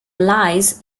lies